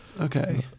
Okay